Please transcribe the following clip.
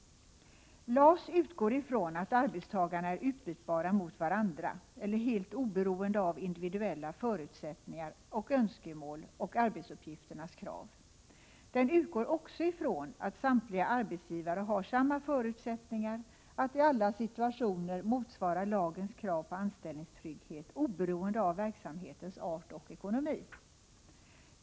LAS utgår ifrån att arbetstagarna är utbytbara mot varandra och helt oberoende av individuella förutsättningar och önskemål och arbetsuppgifternas krav. Den utgår också ifrån att samtliga arbetsgivare har samma förutsättningar att i alla situationer motsvara lagens krav på anställningstrygghet, oberoende av verksamhetens art och ekonomi.